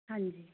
ਹਾਂਜੀ